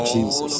Jesus